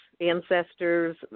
ancestors